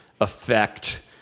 affect